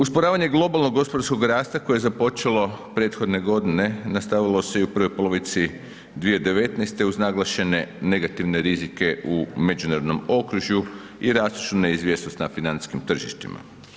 Usporavanje globalnog gospodarskog rasta koje je započelo prethodne godine nastavilo se i u prvoj polovici 2019. uz naglašene negativne rizike u međunarodnom okružju i rastuću neizvjesnost na financijskim tržištima.